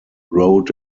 road